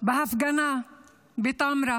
בהפגנה בטמרה